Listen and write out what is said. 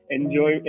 Enjoy